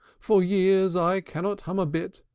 for years i cannot hum a bit,